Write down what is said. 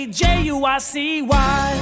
j-u-i-c-y